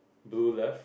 blue left